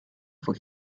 for